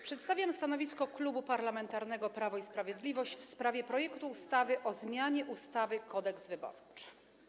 Przedstawiam stanowisko Klubu Parlamentarnego Prawo i Sprawiedliwość w sprawie projektu ustawy o zmianie ustawy Kodeks wyborczy.